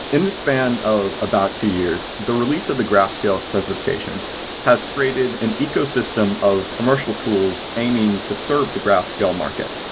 in the span of about two years, the release of the graphql specification has created an ecosystem of commercial tools aiming to serve the graphql market.